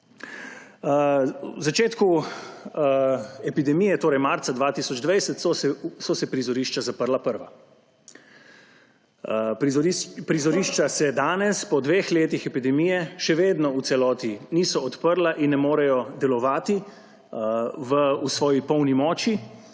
V začetku epidemije, torej marca 2020, so se prizorišča zaprla prva. Prizorišča se danes po dveh letih epidemije še vedno v celoti niso odprla in ne morejo delovati v svoji polni moči,